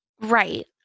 right